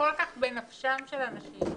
ובנפשם של אנשים